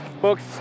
books